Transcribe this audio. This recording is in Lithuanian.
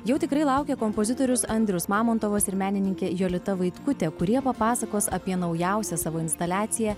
jau tikrai laukia kompozitorius andrius mamontovas ir menininkė jolita vaitkutė kurie papasakos apie naujausią savo instaliaciją